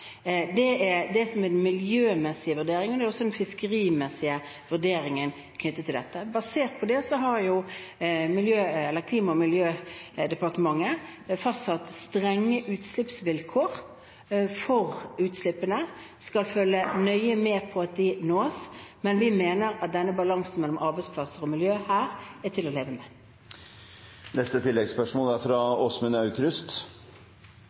Det er det som er den miljømessige og den fiskerimessige vurderingen knyttet til dette. Basert på det har Klima- og miljødepartementet fastsatt strenge vilkår for utslippene og skal følge nøye med på dem, men vi mener at balansen mellom arbeidsplasser og miljø er til å leve